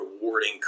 rewarding